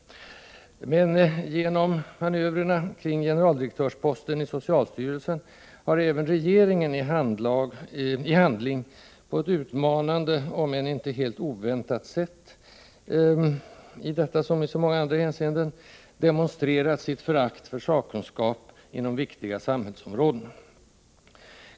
Men genom manövrerna kring generaldirektörsposten i socialstyrelsen har även regeringen i handling, på ett utmanande om än inte helt oväntat sätt, i detta liksom i så många andra hänseenden demonstrerat sitt förakt för sakkunskap inom viktiga samhällsområden.